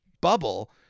bubble